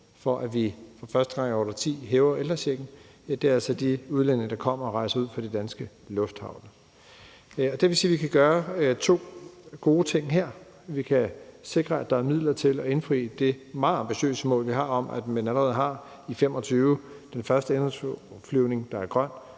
at vi for første gang i et årti hæver ældrechecken, altså er de udlændinge, der kommer og rejser ud fra de danske lufthavne. Det vil sige, at vi kan gøre to gode ting her: Vi kan sikre, at der er midler til at indfri det meget ambitiøse mål, vi har, om, at man allerede i 2025 har den første indenrigsflyvning, der er grøn,